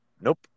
Nope